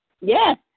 Yes